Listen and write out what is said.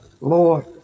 Lord